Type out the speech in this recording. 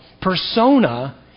persona